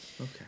okay